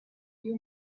few